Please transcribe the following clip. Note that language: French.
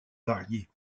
variées